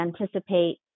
anticipate